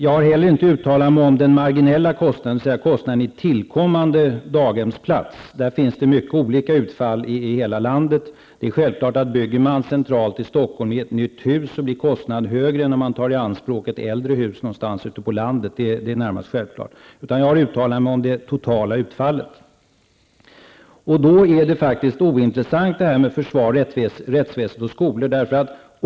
Jag har heller inte uttalat mig om den marginella kostnaden, dvs. kostnaden för tillkommande daghemsplatser. Där finns det mycket olika utfall i hela landet. Bygger man centralt i Stockholm ett nytt hus blir kostnaden självfallet högre än om man tar i anspråk ett äldre hus någonstans ute på landet. Det är närmast självklart. Jag har uttalat mig om det totala utfallet, och då är faktiskt detta med kostnader för försvar, rättsväsende och skolor ointressant.